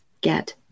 get